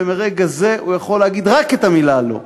ומהרגע זה הוא יכול להגיד רק את המילה "לא".